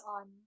on